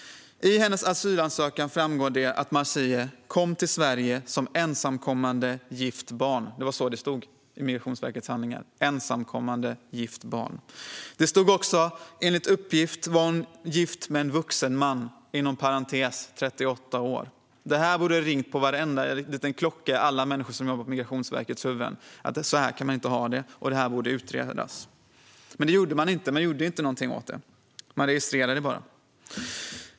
I hennes asylansökan framgår det att Marzieh "kom till Sverige som ensamkommande gift barn". Det var så det stod i Migrationsverkets handlingar: "ensamkommande gift barn". Det stod också: "Enligt uppgift var hon gift med en vuxen man ." Här borde varenda liten klocka ha ringt i huvudet på alla människor som jobbar på Migrationsverket, att så här kan man inte ha det och att detta borde utredas. Men det gjorde man inte; man gjorde inte någonting åt det. Man registrerade det bara.